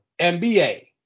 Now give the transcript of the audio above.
MBA